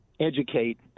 educate